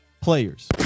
players